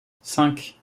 cinq